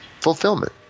fulfillment